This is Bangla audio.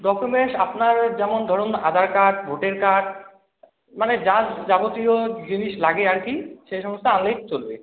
ডকুমেন্টস আপনার যেমন ধরুন আধার কার্ড ভোটার কার্ড মানে যা যাবতীয় জিনিস লাগে আর কি সেই সমস্ত আনলেই চলবে